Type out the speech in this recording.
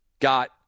got